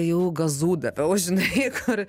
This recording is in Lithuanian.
jau gazų daviau žinai kur